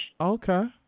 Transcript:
Okay